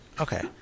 Okay